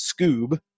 Scoob